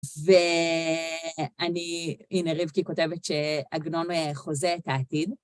ואני, הנה רבקי כותבת שעגנון חוזה את העתיד.